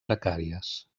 precàries